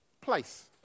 place